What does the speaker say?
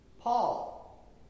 Paul